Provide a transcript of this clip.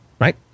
right